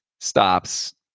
stops